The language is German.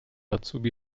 azubi